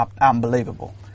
unbelievable